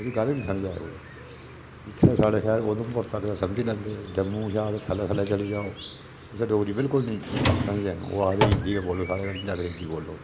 उसी गल्ल निं समझदा ऐ कोई जित्थें साढ़े शैह्र उधमपुर साढ़े समझी लैंदे जम्मू शा थल्ले थल्ले चली जाओ उत्थें डोगरी बिलकुल निं समझदे न ओह् आखदे हिंदी गै बोलो साढ़े कन्नै जां अंग्रेज़ी बोलो